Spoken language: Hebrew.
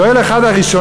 שואל אחד הראשונים,